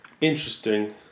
Interesting